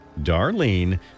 Darlene